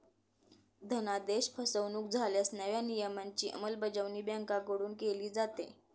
धनादेश फसवणुक झाल्यास नव्या नियमांची अंमलबजावणी बँकांकडून केली जाते